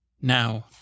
Now